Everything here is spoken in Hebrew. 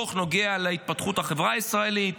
הדוח נוגע להתפתחות החברה הישראלית,